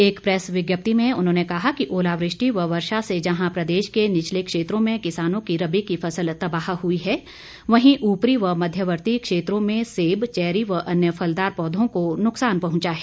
एक प्रेस विज्ञप्ति में उन्होंने कहा कि ओलावृष्टि व वर्षा से जहां प्रदेश के निचले क्षेत्रों में किसानों की रबी की फसल तबाह हुई हैं वहीं ऊपरी व मध्यवर्तीय क्षेत्रों में सेब चैरी व अन्य फलदार पौधों को नुकसान पहुंचा है